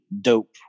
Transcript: dope